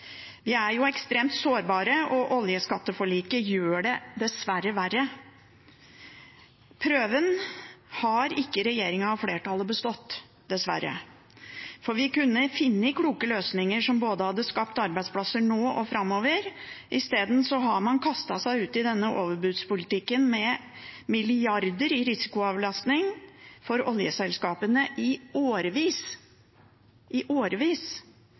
Vi er ekstremt sårbare, og oljeskatteforliket gjør det dessverre verre. Prøven har ikke regjeringen og flertallet bestått, dessverre. Vi kunne funnet kloke løsninger som hadde skapt arbeidsplasser både nå og framover. I stedet har man kastet seg ut i denne overbudspolitikken med milliarder i risikoavlastning for oljeselskapene i årevis – i årevis